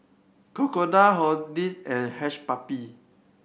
Crocodile Horti and Hush Puppie